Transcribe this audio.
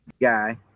guy